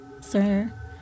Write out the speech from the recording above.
sir